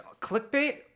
clickbait